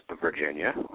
Virginia